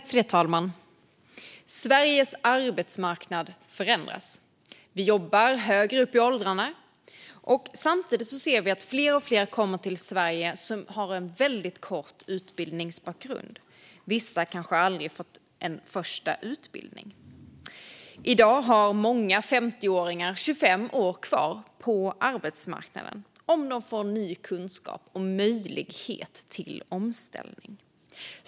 Fru talman! Sveriges arbetsmarknad förändras. Vi jobbar högre upp i åldrarna. Samtidigt ser vi att det kommer fler och fler till Sverige som har en väldigt kort utbildning. Vissa har kanske aldrig fått en första utbildning. I dag har många 50-åringar 25 år kvar på arbetsmarknaden, om de får ny kunskap och möjlighet till omställning.